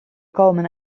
komen